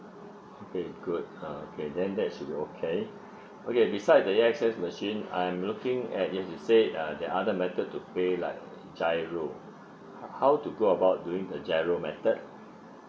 okay good uh okay then that is should be okay okay beside the A_X_S machine I'm looking at as you say uh the other method to pay like giro ho~ how to go about using the giro method